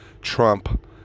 Trump